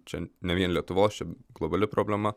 čia ne vien lietuvos čia globali problema